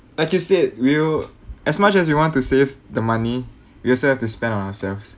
like you said we'll as much as we want to save the money we also have to spend on ourselves